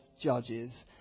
Judges